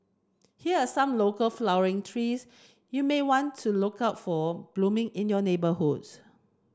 here are some local flowering trees you may want to look out for blooming in your neighbourhoods